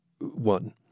One